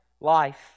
life